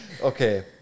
Okay